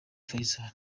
faisal